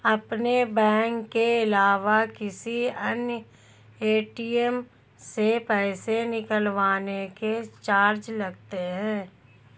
अपने बैंक के अलावा किसी अन्य ए.टी.एम से पैसे निकलवाने के चार्ज लगते हैं